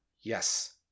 Yes